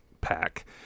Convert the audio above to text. pack